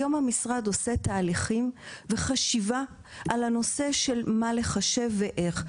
היום המשרד עושה תהליכים וחשיבה על הנושא של מה לחשב ואיך.